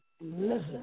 listen